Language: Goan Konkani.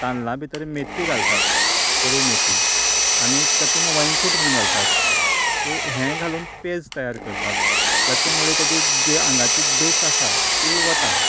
तांदळां भितर मेथी घालतात कोडू मेथी आनी तातूंत वैकूठ म्हणून घालतात सो हें घालून पेज तयार करतात जाचें मुळे तेची जी आंगाची दूख आसा ती वता